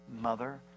mother